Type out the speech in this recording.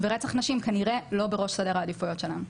ורצח נשים כנראה לא בראש סדר העדיפויות שלהם.